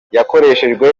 yakoreshejwe